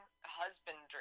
husbandry